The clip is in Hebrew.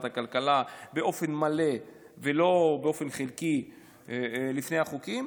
הכלכלה באופן מלא ולא באופן חלקי לפני החוקים,